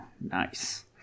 nice